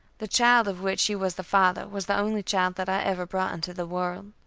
the child of which he was the father was the only child that i ever brought into the world.